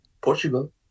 Portugal